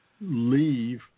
leave